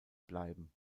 bleiben